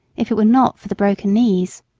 if it was not for the broken knees.